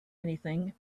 anything